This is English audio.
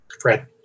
Fred